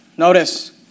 Notice